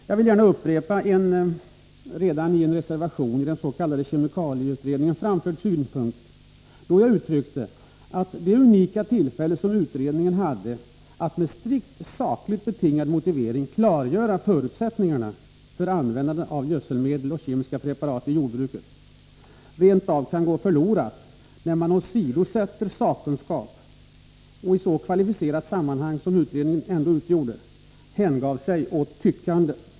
Jag vill gärna upprepa en synpunkt som jag redan har framfört i en reservation i den s.k. kemikalieutredningen, nämligen att de unika tillfällen som utredningen haft att med strikt sakligt betingade motiveringar klargöra förutsättningarna för användandet av gödselmedel och kemiska preparat i jordbruket rent av kan gå förlorade, när man åsidosätter sakkunskap och i stället hänger sig åt tyckande i kvalificerade sammanhang som utredningen.